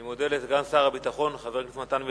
אני מודה לסגן שר הביטחון, חבר הכנסת מתן וילנאי.